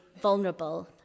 vulnerable